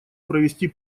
провести